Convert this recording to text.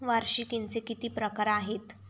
वार्षिकींचे किती प्रकार आहेत?